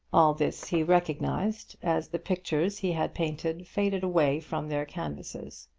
all this he recognised as the pictures he had painted faded away from their canvases.